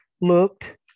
Looked